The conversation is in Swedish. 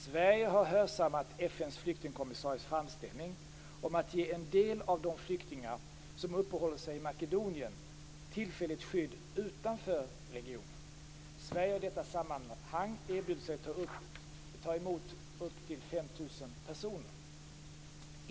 Sverige har hörsammat FN:s flyktingkommissaries framställning om att ge en del av de flyktingar som uppehåller sig i Makedonien tillfälligt skydd utanför regionen. Sverige har i detta sammanhang erbjudit sig ta emot upp till 5 000 personer.